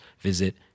visit